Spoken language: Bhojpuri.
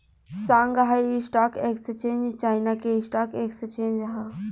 शांगहाई स्टॉक एक्सचेंज चाइना के स्टॉक एक्सचेंज ह